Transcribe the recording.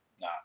Nah